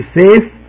safe